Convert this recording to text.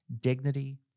dignity